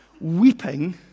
weeping